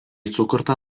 sukurta